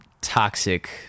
toxic